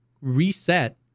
reset